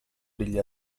degli